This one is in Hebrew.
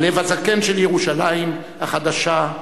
הלב הזקן/ של ירושלים החדשה.